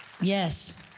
yes